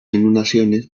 inundaciones